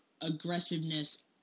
aggressiveness